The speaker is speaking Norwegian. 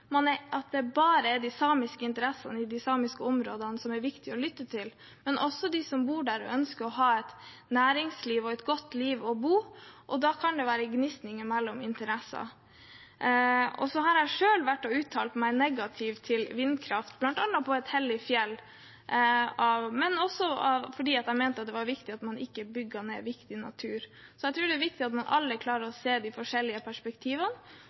det bare er de samiske interessene i de samiske områdene som er viktige å lytte til, det kan også gjelde dem som bor der og ønsker å ha et næringsliv og et godt liv der man bor, og da kan det oppstå gnisninger mellom interesser. Jeg har selv uttalt meg negativt om vindkraft, bl.a. på et hellig fjell, men også fordi jeg mente det var viktig at man ikke bygde ned viktig natur. Jeg tror det er viktig at vi alle klarer å se de forskjellige perspektivene,